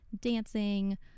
dancing